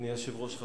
אדוני היושב-ראש,